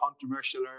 controversial